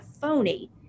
phony